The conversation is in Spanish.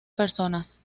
personas